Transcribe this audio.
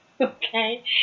okay